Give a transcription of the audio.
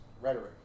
rhetoric